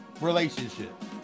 relationship